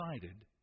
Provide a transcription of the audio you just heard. decided